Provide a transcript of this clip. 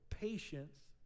patience